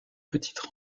petite